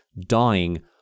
dying